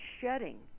shedding